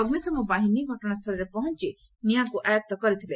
ଅଗ୍ରିଶମ ବାହିନୀ ଘଟଣାସ୍ଥଳରେ ପହଞ୍ ନିଆଁକୁ ଆୟତ୍ତ କରିଥିଲେ